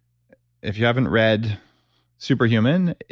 if you haven't read super human,